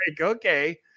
Okay